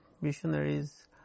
missionaries